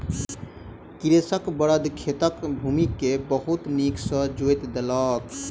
कृषकक बड़द खेतक भूमि के बहुत नीक सॅ जोईत देलक